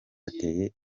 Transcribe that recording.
ateye